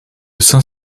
saint